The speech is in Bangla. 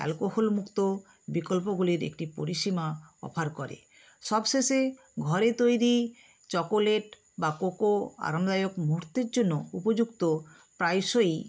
অ্যালকোহল মুক্ত বিকল্পগুলির একটি পরিসীমা অফার করে সব শেষে ঘরে তৈরি চকোলেট বা কোকো আরামদায়ক মুহুর্তের জন্য উপযুক্ত প্রায়শই